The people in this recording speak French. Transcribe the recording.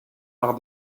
par